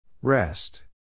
Rest